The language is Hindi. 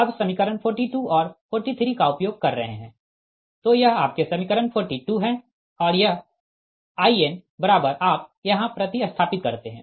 अब समीकरण 42 और 43 का उपयोग कर रहे है तो यह आपके समीकरण 42 है और यह In बराबर आप यहाँ प्रति स्थापित करते है